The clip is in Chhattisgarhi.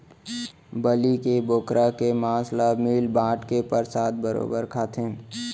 बलि के बोकरा के मांस ल मिल बांट के परसाद बरोबर खाथें